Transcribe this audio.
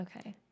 Okay